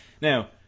now